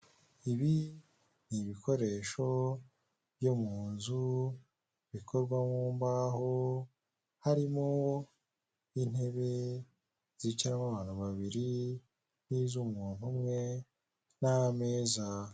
Ibi n'ibikoresho byo munzu bikorwa mumbaho, harimo intebe zicaramo abantu babiri niz'umuntu umwe n'ameza.